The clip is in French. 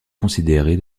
considéré